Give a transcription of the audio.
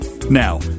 Now